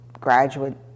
graduate